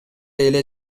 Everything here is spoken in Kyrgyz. эле